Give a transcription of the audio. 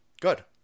Good